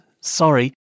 sorry